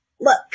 look